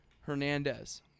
Hernandez